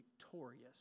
victorious